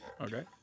Okay